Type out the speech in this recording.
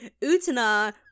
Utana